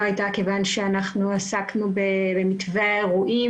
הייתה כיוון שאנחנו עסקנו במתווה אירועים